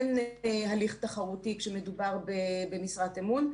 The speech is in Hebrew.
אין הליך תחרותי כשמדובר במשרת אמון.